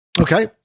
Okay